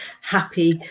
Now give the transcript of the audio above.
happy